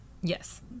Yes